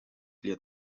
лет